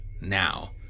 now